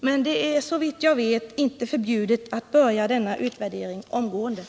Men det är såvitt jag vet inte förbjudet att börja denna utvärdering omedelbart.